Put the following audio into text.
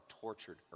tortured